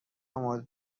مورد